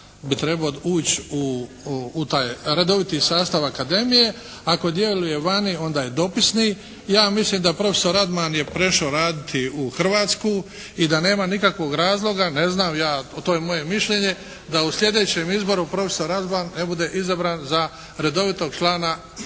bi trebao ući u taj redoviti sustav akademije, ako djeluje vani onda je dopisni. Ja mislim da profesor Radman je prešao raditi u Hrvatsku i da nema nikakvog razloga, ne znam to je moje mišljenje, da u sljedećem izboru profesor Radman ne bude izabran za redovitog člana Hrvatske